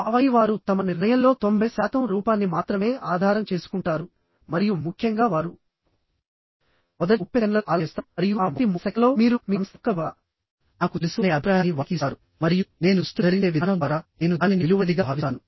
ఆపై వారు తమ నిర్ణయంలో 90 శాతం రూపాన్ని మాత్రమే ఆధారం చేసుకుంటారు మరియు ముఖ్యంగా వారు మొదటి 30 సెకన్లలో అలా చేస్తారు మరియు ఆ మొదటి 30 సెకన్లలో మీరు మీ సంస్థ యొక్క విలువ నాకు తెలుసు అనే అభిప్రాయాన్ని వారికి ఇస్తారు మరియు నేను దుస్తులు ధరించే విధానం ద్వారా నేను దానిని విలువైనదిగా భావిస్తాను